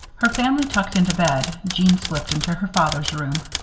her family tucked into bed, jeanne slipped into her father's room.